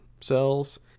cells